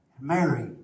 Mary